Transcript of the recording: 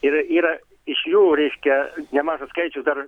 ir yra iš jų reiškia nemažas skaičius dar